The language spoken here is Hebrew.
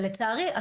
לצערי,